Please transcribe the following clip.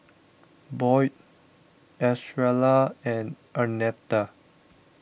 Boyd Estrella and Arnetta